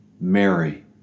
Mary